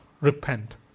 repent